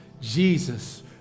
Jesus